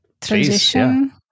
transition